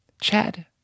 Chad